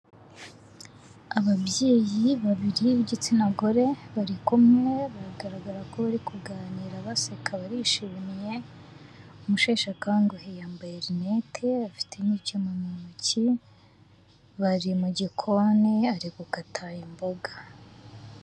Ababyeyi babiri b'igitsina gore, bari kumwe bigaragara ko bari kuganira baseka barishimiye, usheshekangu yambaye rinete afite n'icyuma mu ntoki, bari mu gikoni, ari gukata imboga.